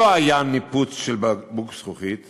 לא היה ניפוץ של בקבוק זכוכית,